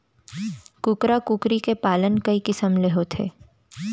कुकरा कुकरी के पालन कई किसम ले होथे